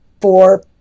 four